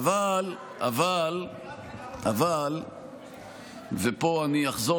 אני רוצה,